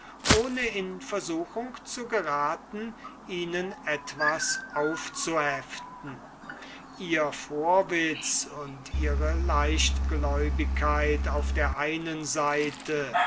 ohne in versuchung zu geraten ihnen etwas aufzuheften ihr vorwitz und ihre leichtgläubigkeit auf der einen seite